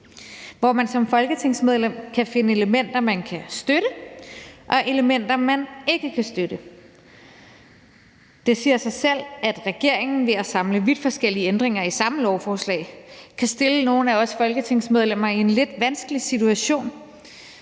hvor man som folketingsmedlem kan finde elementer, man kan støtte, og elementer, man ikke kan støtte. Det siger sig selv, at regeringen ved at samle vidt forskellige ændringer i samme lovforslag kan stille nogle af os folketingsmedlemmer i en lidt vanskelig situation.